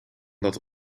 dat